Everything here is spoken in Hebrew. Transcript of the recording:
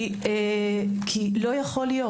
כי לא ייתכן.